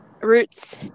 roots